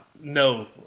No